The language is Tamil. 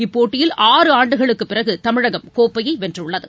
இப்போட்டியில் ஆறு ஆண்டுகளுக்கு பிறகு தமிழகம் கோப்பையை வென்றுள்ளது